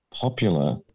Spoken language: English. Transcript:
popular